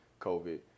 COVID